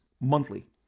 monthly